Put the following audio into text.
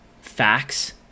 facts